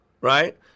right